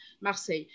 Marseille